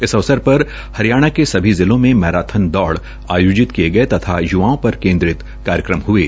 इस अवसर पर हरियाणा के सभी जिलो में मैराथान दौड़ आयोजित किये गये तथा य्वाओं पर केन्द्रित कार्यक्रम हये